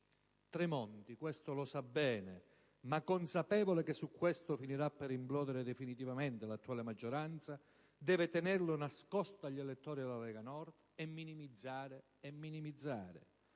Tremonti questo lo sa bene ma, consapevole che su questo finirà per implodere definitivamente l'attuale maggioranza, deve tenerlo nascosto agli elettori della Lega Nord e minimizzare.